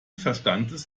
verstandes